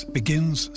begins